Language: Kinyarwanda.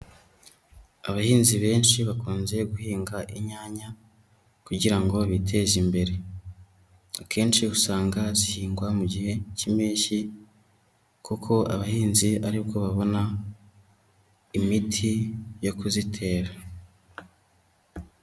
Abahinzi benshi bakunze guhinga inyanya kugira ngo biteze imbere. Akenshi usanga zihingwa mu gihe cy'Impeshyi kuko abahinzi ari bwo babona imiti yo kuzitera.